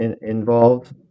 involved